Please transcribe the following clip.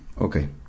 Okay